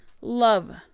love